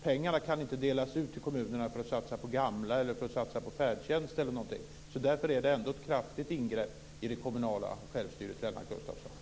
De kan inte delas ut i kommunerna för att satsas på gamla eller på färdtjänst eller något. Därför är det ändå ett kraftigt ingrepp i det kommunala självstyret, Lennart Gustavsson.